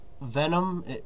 Venom